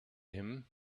him